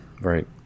Right